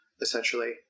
essentially